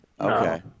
Okay